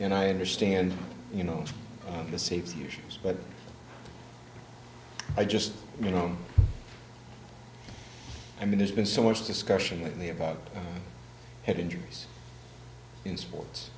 then i understand you know the safety issues but i just you know i mean there's been so much discussion lately about head injuries in sports